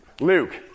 Luke